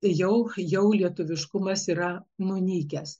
jau jau lietuviškumas yra nunykęs